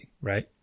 right